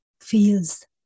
feels